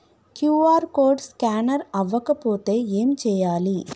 QR code scanner అవ్వకపోతే ఏం చేయాలి?